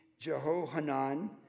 Jehohanan